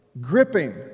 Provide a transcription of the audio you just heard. gripping